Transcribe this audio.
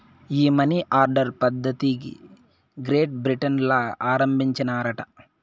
ఈ money order పద్ధతిది Great Britain ల ఆరంబించినారట